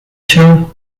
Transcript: się